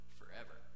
forever